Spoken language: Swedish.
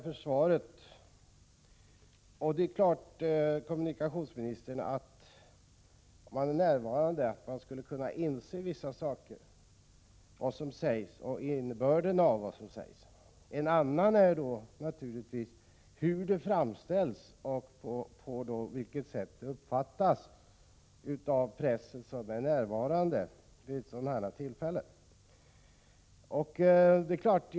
Herr talman! Jag tackar för svaret. Om jag hade varit närvarande vid konferensen hade jag självfallet kunnat inse innebörden i vad som sades där. En annan sak är naturligtvis hur det framställs och på vilket sätt pressen som är närvarande vid sådana här tillfällen uppfattar det.